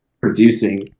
producing